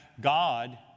God